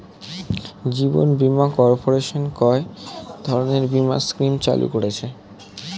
জীবন বীমা কর্পোরেশন কয় ধরনের বীমা স্কিম চালু করেছে?